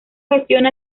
gestiona